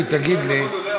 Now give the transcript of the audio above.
איך אני, תגיד לי,